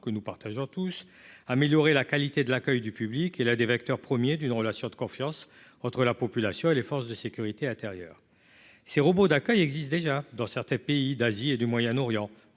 que nous partageons tous, améliorer la qualité de l'accueil du public et là des vecteurs 1er d'une relation de confiance entre la population et les forces de sécurité intérieure, ces robots d'accueil existe déjà dans certains pays d'Asie et du Moyen-Orient,